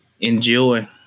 Enjoy